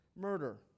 murder